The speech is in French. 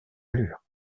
allure